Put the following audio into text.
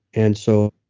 and so,